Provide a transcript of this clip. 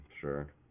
Sure